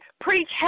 Preach